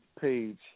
Page